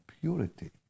purity